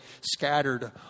scattered